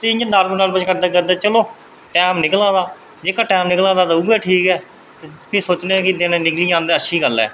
ते इंया normal normal करदे चलो टैम निकला दा जेह्का टैम निकला दा चलो उऐ ठीक ऐ ते फ्ही सोचने की दिन निकली जान अच्छी गल्ल ऐ